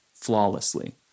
flawlessly